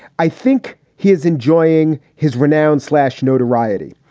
i think he is enjoying his renown slash notoriety.